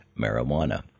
marijuana